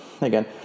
Again